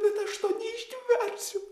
bet aš to neištversiu